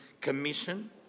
Commission